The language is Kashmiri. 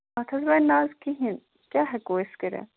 اَتھ حظ بَنٕنہِ اَز کِہیٖنٛۍ کیٛاہ ہٮ۪کَو أسۍ کٔرِتھ